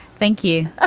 thank you. ah